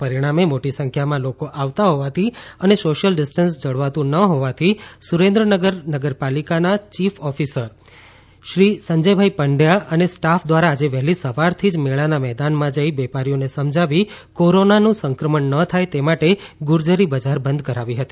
પરિણામે મોટી સંખ્યામાં લોકો આવતા હોવાથી અને સોશિયલ ડિસ્ટન્સ જળવાતું નો હોવાથી સુરેન્દ્રનગર નગરપાલિકાના ચીફ ઓફિસર શ્રી સંજયભાઇ પંડ્યા અને સ્ટાફ દ્વારા આજે વહેલી સવારથી જ મેળાના મેદાનમાં જઇ વેપારીઓને સમજાવી કોરોનાનું સંક્રમણ ન થાય તે માટે ગુજરી બજાર બંધ કરાવી હતી